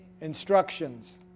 instructions